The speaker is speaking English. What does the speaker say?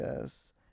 yes